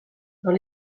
dans